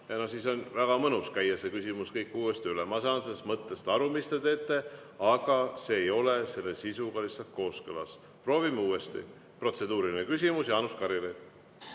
Siis on väga mõnus käia see küsimus kõik uuesti üle. Ma saan sellest mõttest aru, mis te teete, aga see ei ole selle sisuga lihtsalt kooskõlas. Proovime uuesti, protseduuriline küsimus, Jaanus Karilaid!